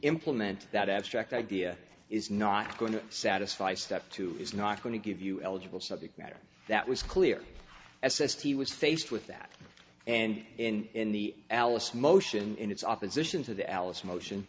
implement that abstract idea is not going to satisfy step two is not going to give you eligible subject matter that was clear assessed he was faced with that and in the alice motion in its opposition to the alice motion